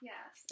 Yes